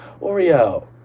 Oreo